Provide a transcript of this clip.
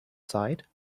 side